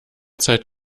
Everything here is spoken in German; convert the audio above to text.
zeit